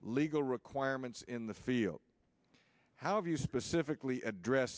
legal requirements in the field how do you specifically address